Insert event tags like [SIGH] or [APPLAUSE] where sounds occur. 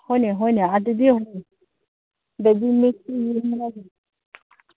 ꯍꯣꯏꯅꯦ ꯍꯣꯏꯅꯦ ꯑꯗꯨꯗꯤ [UNINTELLIGIBLE]